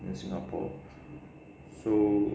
in singapore so